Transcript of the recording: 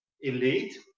elite